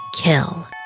kill